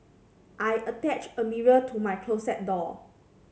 I attached a mirror to my closet door